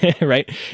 Right